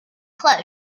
close